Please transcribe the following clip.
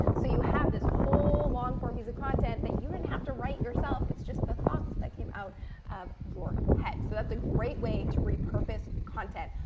so, you have this whole long-form piece of content that you didn't have to write yourself. it's just the thoughts that came out of your head. so, that's a great way to repurpose content.